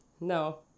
No